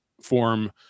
form